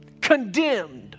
condemned